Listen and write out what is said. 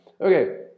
Okay